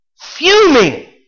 fuming